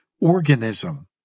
organism